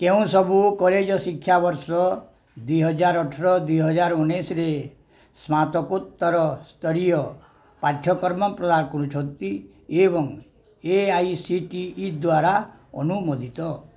କେଉଁ ସବୁ କଲେଜ୍ ଶିକ୍ଷାବର୍ଷ ଦୁଇହଜାର ଅଠର ଦୁଇହଜାର ଉଣେଇଶିରେ ସ୍ନାତକୋତ୍ତର ସ୍ତରୀୟ ପାଠ୍ୟକ୍ରମ ପ୍ରଦାନ କରୁଛନ୍ତି ଏବଂ A I C T E ଦ୍ୱାରା ଅନୁମୋଦିତ